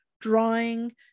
drawing